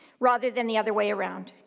rather than the other way around.